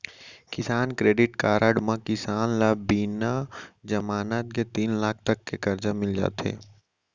किसान credit card म किसान ल बिना जमानत के तीन लाख तक के करजा मिल जाथे